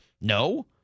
No